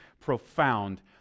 profound